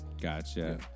Gotcha